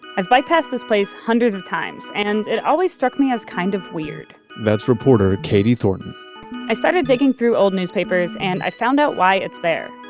i've bypassed this place hundreds of times and it always struck me as kind of weird that's reporter katie thornton i started digging through old newspapers and i found out why it's there.